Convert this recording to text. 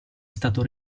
stato